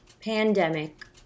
pandemic